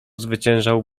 zwyciężał